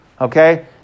okay